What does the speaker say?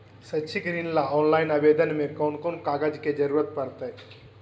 शैक्षिक ऋण ला ऑनलाइन आवेदन में कौन कौन कागज के ज़रूरत पड़तई?